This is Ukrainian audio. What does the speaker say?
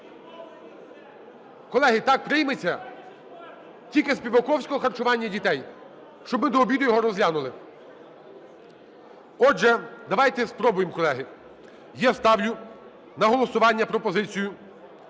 Колеги, так прийметься, тільки Співаковського, харчування дітей, щоб ми до обіду його розглянули? Отже, давайте спробуємо, колеги. Я ставлю на голосування пропозицію,